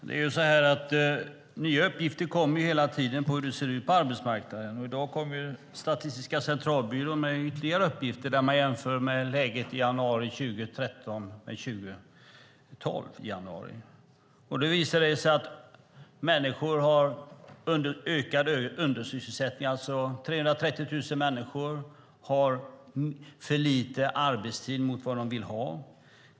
Herr talman! Nya uppgifter kommer hela tiden om hur det ser ut på arbetsmarknaden. I dag kom Statistiska centralbyrån med ytterligare uppgifter där man jämför läget i januari 2013 med läget i januari 2012. Det har visat sig att undersysselsättningen har ökat. 330 000 människor har för lite arbetstid mot vad de vill ha.